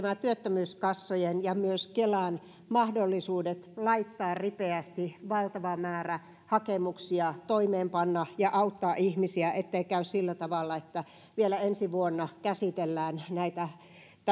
työttömyyskassojen ja myös kelan mahdollisuudet käsitellä ripeästi valtava määrä hakemuksia toimeenpanna päätökset ja auttaa ihmisiä ettei käy sillä tavalla että vielä ensi vuonna käsitellään näitä